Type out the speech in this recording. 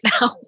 now